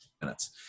minutes